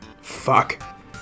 Fuck